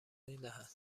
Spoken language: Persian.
میدهد